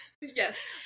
Yes